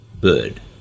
bird